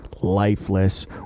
lifeless